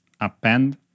append